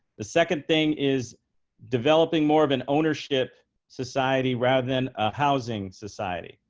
the second thing is developing more of an ownership society rather than ah housing society.